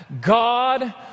God